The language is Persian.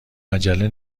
عجله